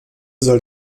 soll